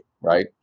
right